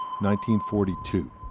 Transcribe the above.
1942